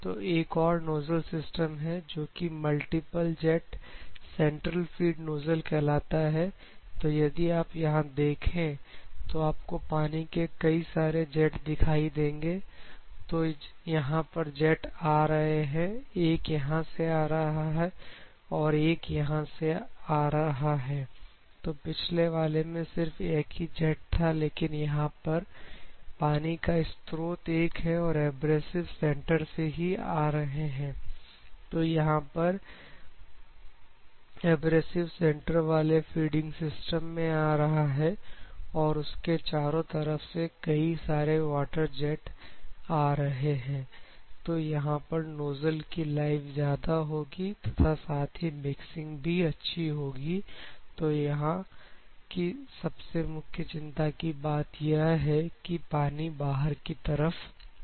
तो एक और नोजल सिस्टम है जोकि multiple jet central feed nozzle कहलाता है तो यदि आप यहां देखें तो आपको पानी के कई सारे जेट दिखाई देंगे तो यहां पर जेट आ रहे हैं एक यहां से आ रहा है और एक यहां से आ रहा है तो पिछले वाले में सिर्फ एक ही जेट था लेकिन यहां पर पानी का स्त्रोत एक है और एब्रेसिव सेंटर से ही आ रहे हैं तो यहां पर एब्रेसिव सेंटर वाले फीडिंग सिस्टम में आ रहा है और उसके चारों तरफ से कई सारे वाटर जेट आ रहे हैं तो यहां पर नोजल की लाइफ ज्यादा होगी तथा साथ ही मिक्सिंग भी अच्छी होगी तो यहां का सबसे मुख्य चिंता की बात यह है कि पानी बाहर की तरफ है